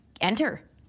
enter